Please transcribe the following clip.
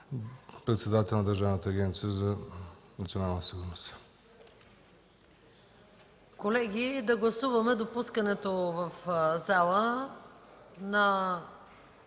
председател на Държавна агенция „Национална сигурност”.